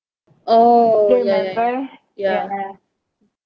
oh ya ya ya